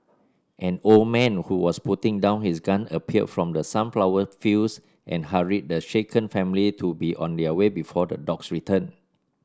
an old man who was putting down his gun appeared from the sunflower fields and hurried the shaken family to be on their way before the dogs return